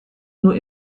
nur